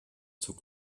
zog